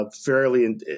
fairly